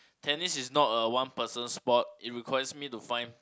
tennis is not a one person's sport it requires me to find